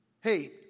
Hey